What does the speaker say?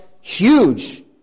huge